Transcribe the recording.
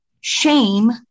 shame